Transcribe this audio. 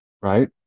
right